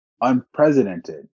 unprecedented